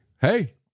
hey